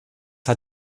hat